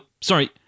sorry